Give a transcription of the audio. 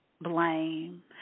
blame